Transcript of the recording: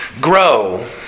grow